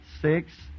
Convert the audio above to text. six